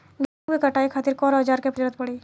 गेहूं के कटाई खातिर कौन औजार के जरूरत परी?